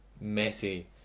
messy